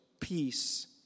Peace